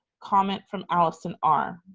comment from allison r,